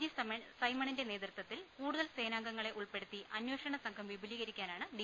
G സൈമണിന്റെ നേതൃത്വ ത്തിൽ കൂടുതൽ സേനാംഗങ്ങളെ ഉൾപ്പെടുത്തി അന്വേഷണ സംഘം വിപുലീകരിക്കാനാണ് ഡി